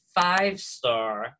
five-star